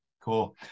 cool